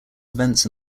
events